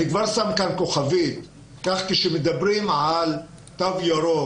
אני כבר כאן שם כוכבית ואומר שכאשר מדברים על תו ירוק,